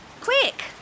Quick